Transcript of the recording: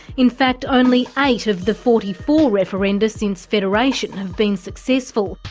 in fact, only eight of the forty four referenda since federation have been successful.